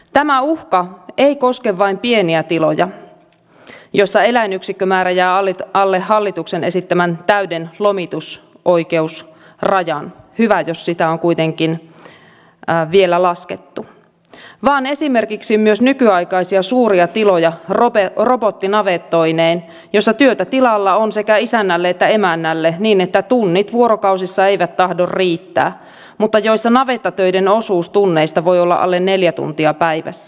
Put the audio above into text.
tämä uhka ei koske vain pieniä tiloja joissa eläinyksikkömäärä jää alle hallituksen esittämän täyden lomitusoikeusrajan hyvä jos sitä on kuitenkin vielä laskettu vaan esimerkiksi myös nykyaikaisia suuria tiloja robottinavettoineen joissa työtä tilalla on sekä isännälle että emännälle niin että tunnit vuorokausissa eivät tahdo riittää mutta joissa navettatöiden osuus tunneista voi olla alle neljä tuntia päivässä